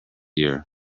year